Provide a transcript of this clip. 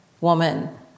woman